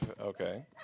Okay